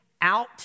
out